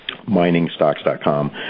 miningstocks.com